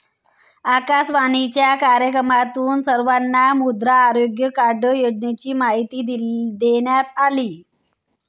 आकाशवाणीच्या कार्यक्रमातून सर्वांना मृदा आरोग्य कार्ड योजनेची माहिती देण्यात आली